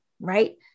right